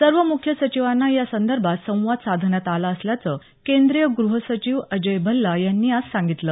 सर्व मुख्य सचिवांना या संदर्भात संवाद साधण्यात आला असल्याचं केंद्रीय गृह सचिव अजय भल्ला यांनी आज सांगितलं